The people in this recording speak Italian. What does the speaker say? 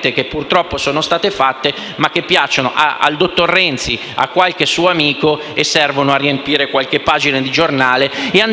che purtroppo sono state approvate, che piacciono al dottor Renzi e a qualche suo amico e servono a riempire qualche pagina di giornale e a